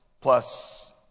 Plus